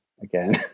again